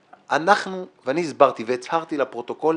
הסברתי והצהרת לפרוטוקול